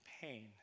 pain